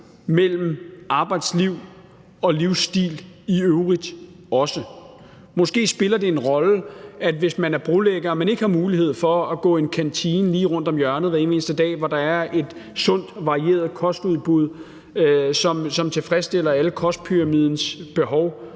mellem arbejdsliv og livsstil i øvrigt. Måske spiller det en rolle, at man, hvis man er brolægger, ikke har mulighed for at gå i en kantine lige rundt om hjørnet hver evig eneste dag, hvor der er et sundt og varieret kosttilbud, som tilfredsstiller alle kostpyramidens behov.